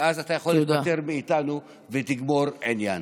ואז אתה יכול להתפטר מאיתנו ותגמור עניין.